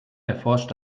erforscht